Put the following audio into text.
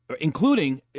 Including